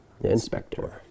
Inspector